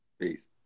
Peace